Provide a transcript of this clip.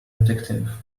addictive